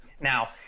Now